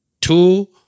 two